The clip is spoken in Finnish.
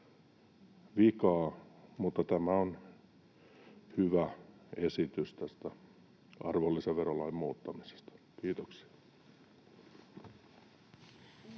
Tämä on hyvä esitys tästä arvonlisäverolain muuttamisesta. — Kiitoksia.